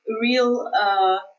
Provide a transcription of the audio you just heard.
real